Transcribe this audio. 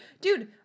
Dude